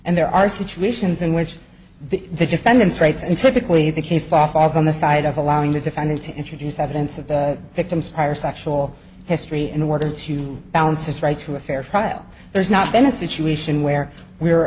and there are situations in which the the defendant's rights and technically the case law falls on the side of allowing the defendant to introduce evidence of the victim's prior sexual history in order to balance his right to a fair trial there's not been a situation where we're